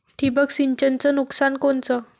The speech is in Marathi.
ठिबक सिंचनचं नुकसान कोनचं?